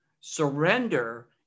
Surrender